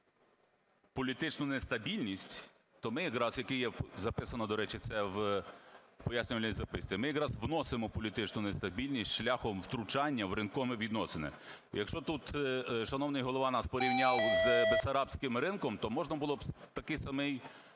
політичну нестабільність, то ми якраз, як записано, до речі, це в пояснювальній записці, ми якраз вносимо політичну нестабільність шляхом втручання в ринкові відносини. Якщо тут шановний Голова нас порівняв з Бессарабським ринком, то можна було б такий самий